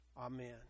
Amen